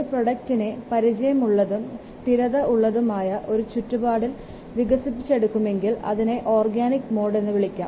ഒരു പ്രോഡക്റ്റിനെ പരിചയമുള്ളതും സ്ഥിരത ഉള്ളതുമായ ഒരു ചുറ്റുപാടിൽ വികസിപ്പിച്ചെടുക്കാമെങ്കിൽ അതിനെ ഓർഗാനിക് മോഡ് എന്ന് വിളിക്കാം